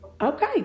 Okay